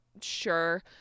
Sure